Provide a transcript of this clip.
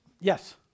Yes